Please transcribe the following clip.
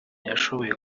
yashoboye